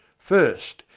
first,